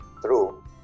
true